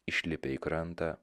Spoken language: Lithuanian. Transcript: išlipę į krantą